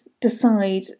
decide